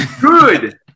Good